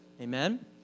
amen